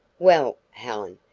well, helen,